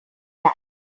back